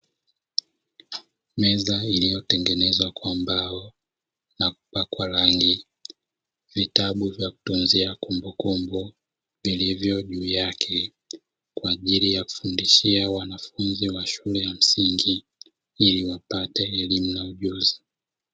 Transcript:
Meza iliyotengenezwa kwa mbao na kupakwa rangi, vitabu vya kutunzia kumbukumbu vilivyo juu yake , kwaajili ya kufundishia wanafunzi wa shule wa msingi ili wapate elimu na ujuzi.